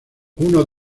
uno